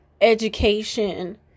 education